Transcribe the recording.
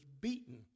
beaten